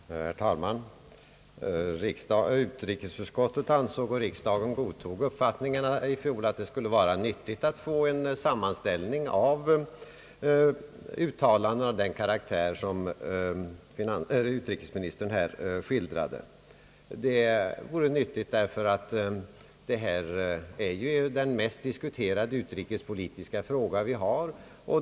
Herr talman! Utrikesutskottet ansåg i fjol, och riksdagen godtog den uppfattningen, att det skulle vara nyttigt att få en sammanställning av sådana uttalanden som utrikesministern här skildrade; det vore nyttigt därför att detta ju är den mest diskuterade utrikespolitiska fråga vi har.